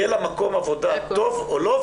יהיה לה מקום עבודה טוב או לא,